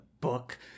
book